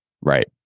Right